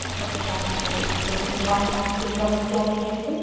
مطلب کیٛاہ ڈِپرٛشن تُہۍ ؤنِو پَنٕنۍ سِمپٹَمٕز کیٛاہ کیٛاہ چھُ تۄہہِ